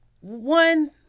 One